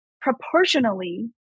proportionally